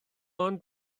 ond